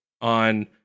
on